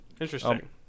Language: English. interesting